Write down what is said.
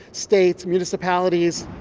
states, municipalities.